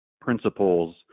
principles